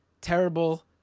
terrible